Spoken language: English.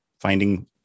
finding